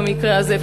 במקרה הזה.